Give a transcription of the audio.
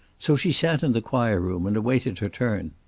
so she sat in the choir room and awaited her turn.